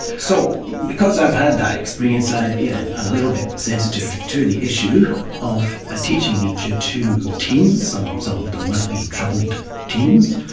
so, because i've had that experience, i'm a yeah ah little bit sensitive to the issue of teaching nietzsche to teens some some of them might be troubled teens.